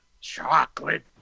Chocolate